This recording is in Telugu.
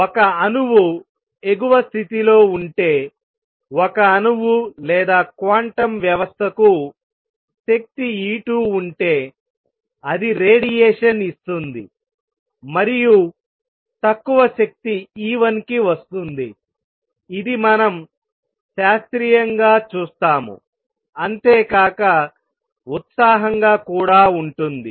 ఒక అణువుఎగువ స్థితిలో ఉంటే ఒక అణువు లేదా క్వాంటం వ్యవస్థకు శక్తి E2 ఉంటే అది రేడియేషన్ ఇస్తుంది మరియు తక్కువ శక్తి E1 కి వస్తుంది ఇది మనం శాస్త్రీయంగా చూస్తాముఅంతేకాక ఉత్సాహంగా కూడా ఉంటుంది